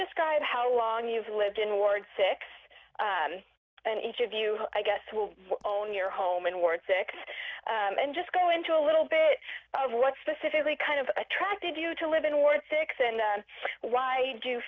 describe how long you've lived in ward six and each of you i guess will own your home in ward six and just go into a little bit of what specifically kind of attracted you to live in ward six and why do you